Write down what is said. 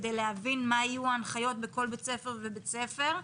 כדי להבין מה היו ההנחיות בכל בית ספר ובית ספר.